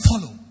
follow